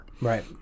right